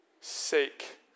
sake